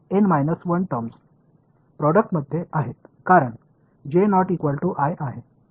N 1 terms प्रोडक्टमध्ये आहेत कारण आहे